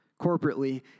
corporately